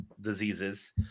diseases